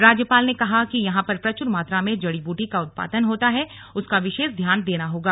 राज्यपाल ने कहा कि यहां पर प्रचुर मात्रा में जड़ी बूटी का उत्पादन होता है उसका विशेष ध्यान देना होगा